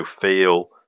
feel